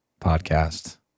podcast